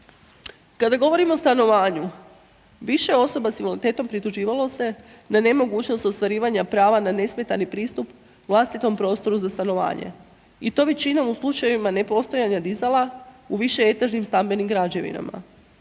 Kada govorimo o stanovanju, više osoba sa invaliditetom prituživalo se na nemogućnost ostvarivanja prava na nesmetani pristup vlastitom prostoru za stanovanje i to većinom u slučajevima nepostojanja dizala u višeetažnim stambenim građevinama.